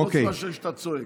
חוץ מאשר כשאתה צועק.